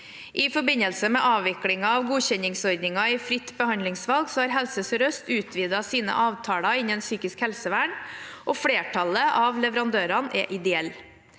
I forbindelse med avviklingen av godkjenningsordningen i fritt behandlingsvalg har Helse Sør-Øst utvidet sine avtaler innen psykisk helsevern, og flertallet av leverandørene er ideelle.